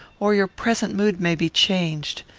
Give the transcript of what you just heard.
or your present mood may be changed.